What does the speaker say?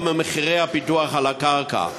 הקרקע?